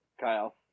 Kyle